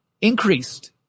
increased